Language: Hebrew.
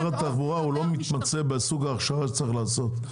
--- הכוונה שר התחבורה הוא לא מתמצא בסוג ההכשרה שצריך לעשות,